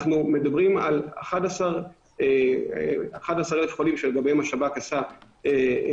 אנחנו מדברים על 11,000 חולים שלגביהם השב"כ עשה מעקב,